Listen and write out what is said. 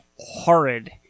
horrid